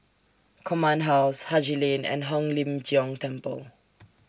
Command House Haji Lane and Hong Lim Jiong Temple